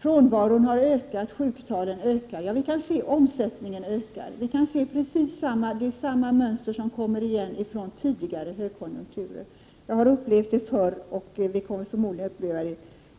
Frånvaron har ökat, sjuktalen ökar, omsättningen ökar. Det är precis samma mönster som under tidigare högkonjunkturer. Jag har upplevt det förr och kommer förmodligen att få uppleva